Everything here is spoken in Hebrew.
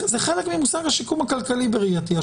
זה חלק ממוסד השיקום הכלכלי בראייתי.